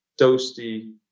Toasty